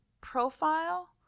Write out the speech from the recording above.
profile